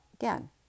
again